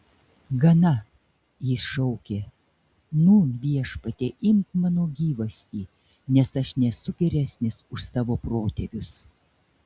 gana jis šaukė nūn viešpatie imk mano gyvastį nes aš nesu geresnis už savo protėvius